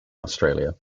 australia